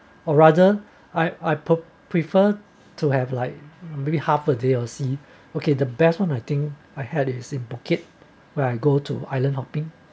or rather I I prefer to have like maybe half a day or see okay the best one I think I had it is in phuket where I go to island hopping